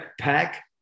pack